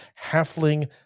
halfling